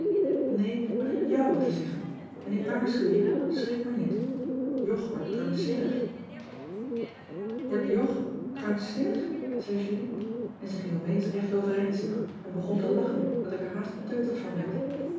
nee maar ik heb joù wat te zeggen en ik waarschuw je schrik maar niet jog wordt krankzinnig wordt jog krankzinnig zei julie en ze ging opeens recht overeind zitten en begon te lachen dat ik er haast beteuterd van werd